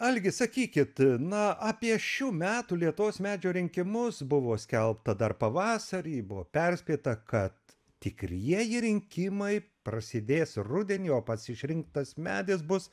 algi sakykit na apie šių metų lietuvos medžio rinkimus buvo skelbta dar pavasarį buvo perspėta kad tikrieji rinkimai prasidės rudenį o pats išrinktas medis bus